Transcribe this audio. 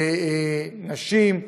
לנשים,